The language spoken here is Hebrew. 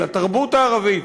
לתרבות הערבית,